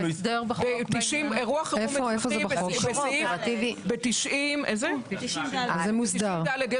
והסעיף שהוראות סעיפים 8א ו-8ד,